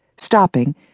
Stopping